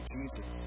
Jesus